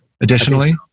additionally